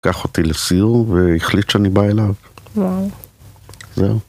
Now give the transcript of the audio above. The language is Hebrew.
קח אותי לסיור, והחליט שאני בא אליו. וואו. זהו.